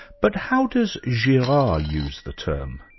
but how does girard use the term?